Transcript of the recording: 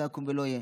לא יקום ולא יהיה.